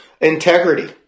Integrity